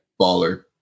baller